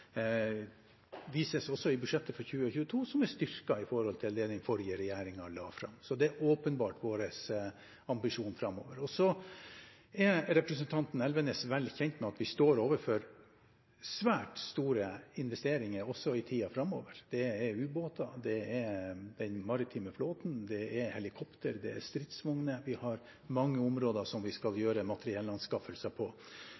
også i budsjettet for 2022, som er styrket i forhold til det den forrige regjeringen la fram, så det er åpenbart vår ambisjon framover. Representanten Elvenes er vel kjent med at vi står overfor svært store investeringer også i tiden framover. Det er ubåter, det er den maritime flåten, det er helikopter, det er stridsvogner. Vi har mange områder vi skal gjøre materiellanskaffelser på.